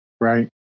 Right